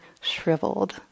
shriveled